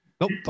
Nope